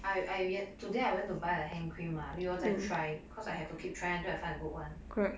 I I re~ today I went to buy a hand cream mah 又要在 try cause I have to keep trying until I find a good one